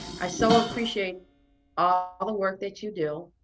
i so appreciate ah all the work that you do.